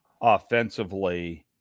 offensively